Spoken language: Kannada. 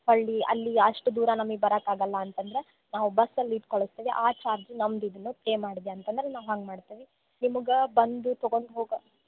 ಹಳ್ಳಿ ಅಲ್ಲಿ ಅಷ್ಟು ದೂರ ನಮಿಗೆ ಬರೋಕಾಗಲ್ಲ ಅಂತಂದರೆ ನಾವು ಬಸ್ಸಲ್ಲಿ ಇಟ್ಟು ಕಳಿಸ್ತೇವೆ ಆ ಚಾರ್ಜ್ ನಮ್ದು ಇದನ್ನ ಪೇ ಮಾಡಿದೆ ಅಂತಂದರೆ ನಾವು ಹಂಗೆ ಮಾಡ್ತೇವಿ ನಿಮಗೆ ಬಂದು ತಗೊಂಡು ಹೋಗ